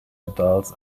adults